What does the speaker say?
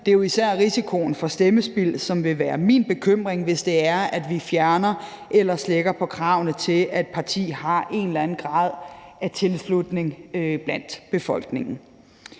Det er jo især risikoen for stemmespild, som vil være min bekymring, hvis vi fjerner eller slækker på kravene til, at en parti har en eller anden grad af tilslutning blandt befolkningen.